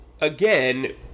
again